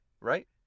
Right